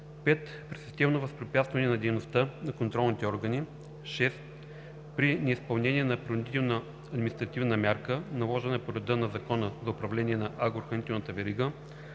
5. при системно възпрепятстване на дейността на контролните органи; 6. при неизпълнение на принудителна административна мярка, наложена по реда на Закона за управление на агрохранителната верига;